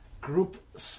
Group